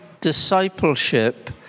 discipleship